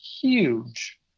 huge